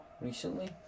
recently